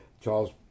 Charles